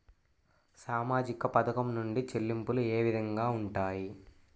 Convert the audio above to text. సామాజిక పథకం నుండి చెల్లింపులు ఏ విధంగా ఉంటాయి?